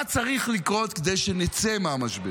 מה צריך לקרות כדי שנצא מהמשבר?